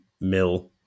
mill